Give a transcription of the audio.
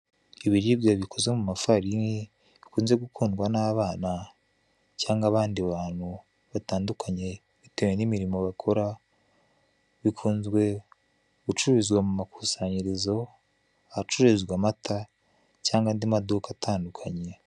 Ibiribwa bikoze mu mafarini bikunze gukundwa n'abana cyangwa abandi bantu batandukanye bitewe n'imirimo bakora, bikunzwe gucururizwa mu makusanyirizo ahacururizwa amata cyangwa andi maduka atandukanye.